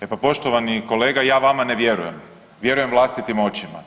E pa poštovani kolega ja vama ne vjerujem, vjerujem vlastitim očima,